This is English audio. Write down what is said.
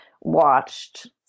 watched